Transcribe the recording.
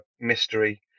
mystery